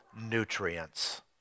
nutrients